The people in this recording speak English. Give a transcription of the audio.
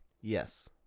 Yes